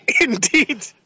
Indeed